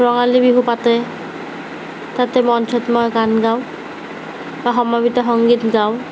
ৰঙালী বিহু পাতে তাতে মঞ্চত মই গান গাওঁ বা সমবেত সংগীত গাওঁ